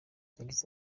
yagize